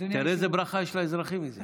תראה איזו ברכה יש לאזרחים מזה.